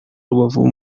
rubavu